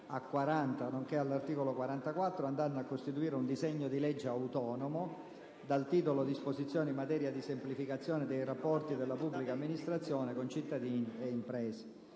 a 40, nonché all'articolo 44 andranno a costituire un disegno di legge autonomo dal titolo: «Disposizioni in materia di semplificazione dei rapporti della Pubblica Amministrazione con cittadini e imprese»